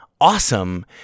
Awesome